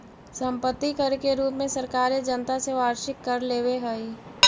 सम्पत्ति कर के रूप में सरकारें जनता से वार्षिक कर लेवेऽ हई